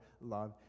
love